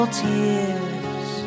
tears